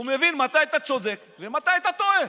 הוא מבין מתי אתה צודק ומתי אתה טועה.